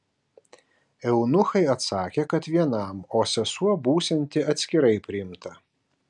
eunuchai atsakė kad vienam o sesuo būsianti atskirai priimta